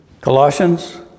Colossians